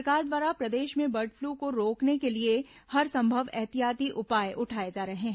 सरकार द्वारा प्रदेश में बर्ड फ्लू को रोकने के लिए हरसंभव एहतियाती उपाय उठाए जा रहे हैं